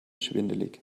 schwindelig